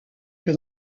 que